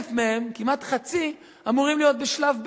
1,000 מהם, כמעט חצי, אמורים להיות בשלב ב',